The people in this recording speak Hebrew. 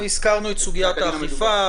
הזכרנו את סוגיית האכיפה.